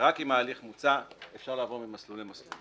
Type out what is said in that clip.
שרק אם ההליך מוצה, אפשר לעבור ממסלול למסלול.